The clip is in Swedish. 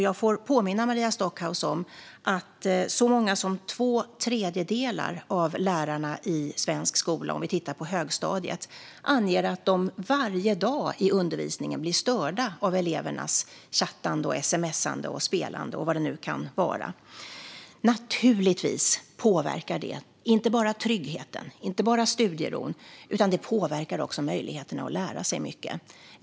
Jag får påminna Maria Stockhaus om att så många som två tredjedelar av lärarna i svensk skola, om vi tittar på högstadiet, anger att de varje dag i undervisningen blir störda av elevernas chattande, sms:ande, spelande eller vad det kan vara. Naturligtvis påverkar detta inte bara tryggheten och studieron utan också möjligheterna att lära sig mycket.